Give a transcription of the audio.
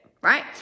right